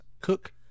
Cook